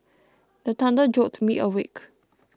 the thunder jolt me awake